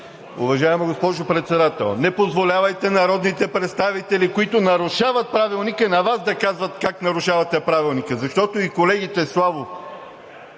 уважаема госпожо Председател, не позволявайте народните представители, които нарушават Правилника, на Вас да казват как нарушавате Правилника! Защото колегите Славов